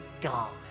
gone